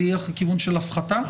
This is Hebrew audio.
זה ילך לכיוון של הפחתה?